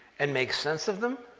and make sense of them,